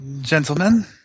Gentlemen